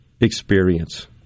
experience